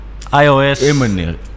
IOS